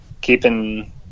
keeping